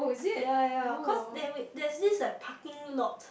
ya ya cause they have wait there's this like parking lot